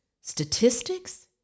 statistics